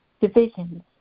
divisions